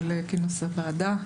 על כינוס הוועדה.